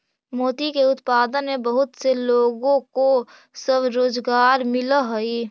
मोती के उत्पादन में बहुत से लोगों को स्वरोजगार मिलअ हई